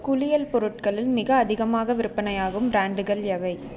குளியல் பொருட்களில் மிக அதிகமாக விற்பனையாகும் ப்ராண்டுகள் எவை